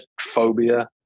phobia